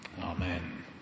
Amen